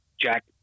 Jack